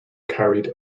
carried